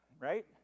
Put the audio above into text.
right